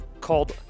called